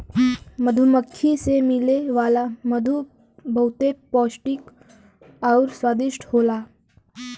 मधुमक्खी से मिले वाला मधु बहुते पौष्टिक आउर स्वादिष्ट होला